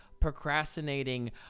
procrastinating